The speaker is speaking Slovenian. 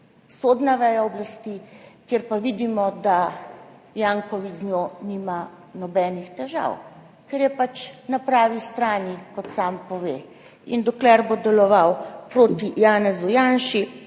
sodna veja oblasti, kjer pa vidimo, da Janković z njo nima nobenih težav, ker je pač na pravi strani, kot sam pove. In dokler bo deloval proti Janezu Janši,